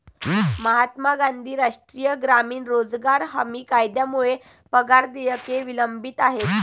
महात्मा गांधी राष्ट्रीय ग्रामीण रोजगार हमी कायद्यामुळे पगार देयके विलंबित आहेत